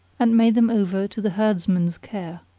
and made them over to the herdsman's care.